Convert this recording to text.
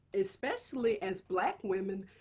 especially as black women,